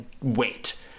wait